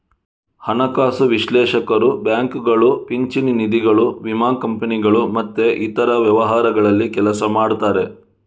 ಹಣಕಾಸು ವಿಶ್ಲೇಷಕರು ಬ್ಯಾಂಕುಗಳು, ಪಿಂಚಣಿ ನಿಧಿಗಳು, ವಿಮಾ ಕಂಪನಿಗಳು ಮತ್ತೆ ಇತರ ವ್ಯವಹಾರಗಳಲ್ಲಿ ಕೆಲಸ ಮಾಡ್ತಾರೆ